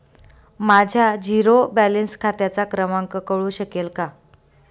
माझ्या zero balance खात्याचा क्रमांक कळू शकेल का?